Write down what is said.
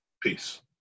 peace